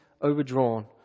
overdrawn